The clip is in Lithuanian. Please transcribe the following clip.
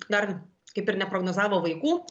dar kaip ir neprognozavo vaikų